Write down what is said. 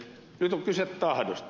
nyt on kyse tahdosta